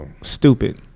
Stupid